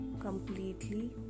completely